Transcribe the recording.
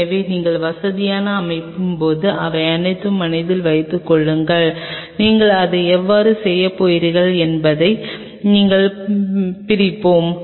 எனவே நீங்கள் வசதியை அமைக்கும் போது இவை அனைத்தையும் மனதில் வைத்துக் கொள்ளுங்கள் நீங்கள் அதை எவ்வாறு செய்யப் போகிறீர்கள் என்பதை நாங்கள் பிரிப்போம்